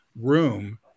room